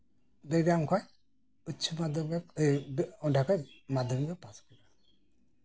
ᱫᱮᱵᱜᱨᱟᱢ ᱠᱷᱚᱱ ᱩᱪᱪᱚ ᱢᱟᱫᱽᱫᱷᱚᱢᱤᱠ ᱮ ᱚᱱᱰᱮ ᱠᱷᱚᱡ ᱢᱟᱫᱽᱫᱷᱚᱢᱤᱠ ᱮ ᱯᱟᱥ ᱠᱮᱫᱟ